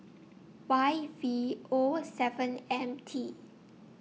Y V O seven M T